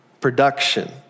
production